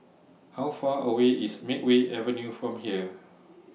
How Far away IS Makeway Avenue from here